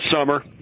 summer